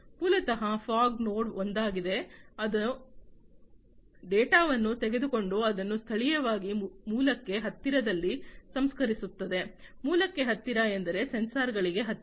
ಮೂಲತಃ fog node ಒಂದಾಗಿದೆ ಅದು ಡೇಟಾವನ್ನು ತೆಗೆದುಕೊಂಡು ಅದನ್ನು ಸ್ಥಳೀಯವಾಗಿ ಮೂಲಕ್ಕೆ ಹತ್ತಿರದಲ್ಲಿ ಸಂಸ್ಕರಿಸುತ್ತದೆ ಮೂಲಕ್ಕೆ ಹತ್ತಿರ ಎಂದರೆ ಸೆನ್ಸಾರ್ಗಳಿಗೆ ಹತ್ತಿರ